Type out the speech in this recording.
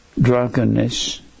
drunkenness